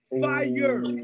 fire